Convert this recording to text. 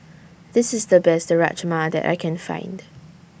This IS The Best Rajma that I Can Find